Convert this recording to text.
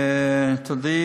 תודה,